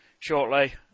Shortly